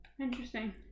Interesting